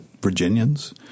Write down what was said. Virginians